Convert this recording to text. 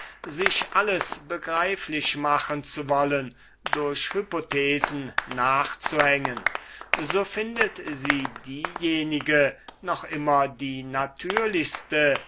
sich alles begreiflich machen zu wollen durch hypothesen nachzuhängen so findet sie diejenige noch immer die natürlichste